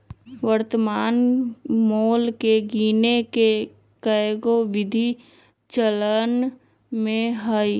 वर्तमान मोल के गीने के कएगो विधि चलन में हइ